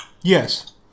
Yes